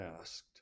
asked